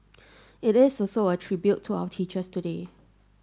it is also a tribute to our teachers today